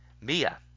Mia